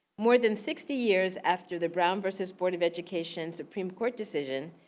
more than sixty years after the brown versus board of education's supreme court decision,